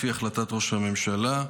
לפי החלטת ראש הממשלה,